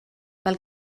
pel